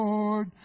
Lord